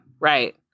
Right